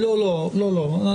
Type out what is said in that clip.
לא, לא.